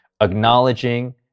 acknowledging